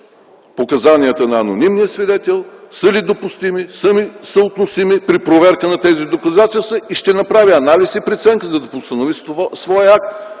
показанията на анонимния свидетел, са ли допустими, са ли съотносими при проверка на тези доказателства и ще направи анализ и преценка, за да постанови своя акт.